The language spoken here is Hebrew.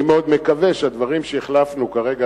אני מאוד מקווה שהדברים שהחלפנו כרגע,